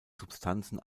substanzen